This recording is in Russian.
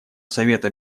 совета